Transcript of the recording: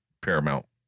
Paramount